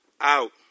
out